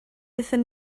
aethon